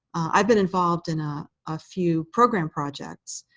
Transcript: i've been involved in a ah few program projects,